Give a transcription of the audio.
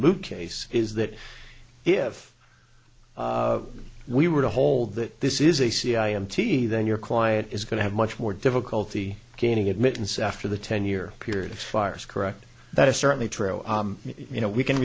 moot case is that if we were to hold that this is a c i m t then your client is going to have much more difficulty gaining admittance after the ten year period expires correct that is certainly true you know we can